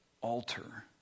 alter